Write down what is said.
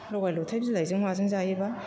लगाय लथाय बिलाइजों माजों जायोब्ला